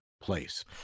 place